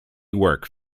work